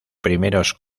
primeros